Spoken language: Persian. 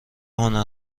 هنر